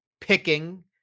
picking